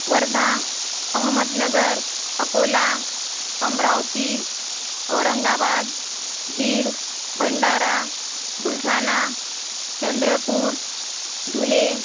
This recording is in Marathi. वर्धा अहमदनगर अकोला अमरावती औरंगाबाद बीड भंडारा बुलढाणा चंद्रपूर धुळे